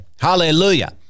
Hallelujah